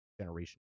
Generation